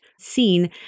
seen